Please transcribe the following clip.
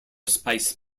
spice